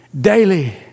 daily